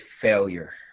failure